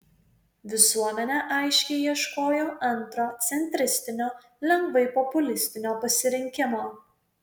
visuomenė aiškiai ieškojo antro centristinio lengvai populistinio pasirinkimo